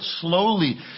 slowly